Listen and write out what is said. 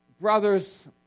brothers